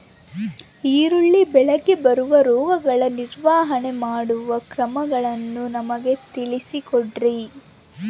ಈರುಳ್ಳಿ ಬೆಳೆಗೆ ಬರುವ ರೋಗಗಳ ನಿರ್ವಹಣೆ ಮಾಡುವ ಕ್ರಮಗಳನ್ನು ನಮಗೆ ತಿಳಿಸಿ ಕೊಡ್ರಿ?